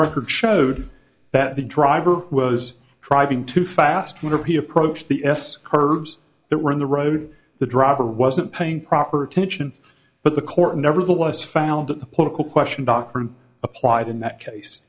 record showed that the driver was driving too fast would he approached the s curves that were in the road the driver wasn't paying proper attention but the court nevertheless found that the political question doctrine applied in that case